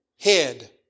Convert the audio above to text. head